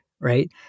Right